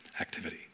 activity